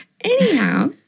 Anyhow